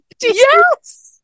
yes